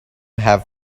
have